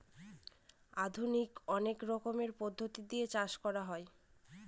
আধুনিক অনেক রকমের পদ্ধতি দিয়ে চাষ করা হয়